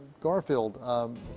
Garfield